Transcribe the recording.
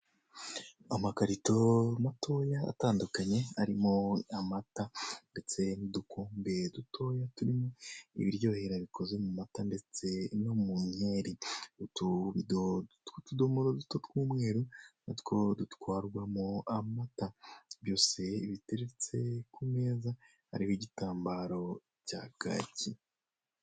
Amakarito matoya atandukanye arimo amata ndetse n'udukombe dutoya turimo ibiryoherera bikoze mu amata ndetse no mu inkeri, utubido tw'utudomoro duto tw'umweru natwo dutwarwamo amata byose biteretse k'umeza hariho igitambaro cya kaki.